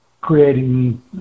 creating